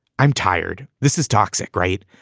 i'm tired. this is toxic, right?